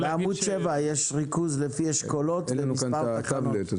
בעמוד 7 יש ריכוז לפי אשכולות ומספר התחנות.